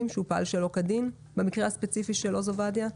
שהוא פעל שלא כדין במקרה הספציפי של עוז עובדיה?